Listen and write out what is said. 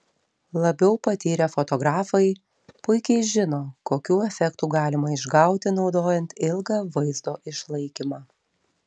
labiau patyrę fotografai puikiai žino kokių efektų galima išgauti naudojant ilgą vaizdo išlaikymą